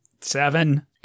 Seven